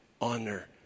honor